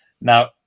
Now